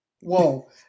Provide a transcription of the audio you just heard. Whoa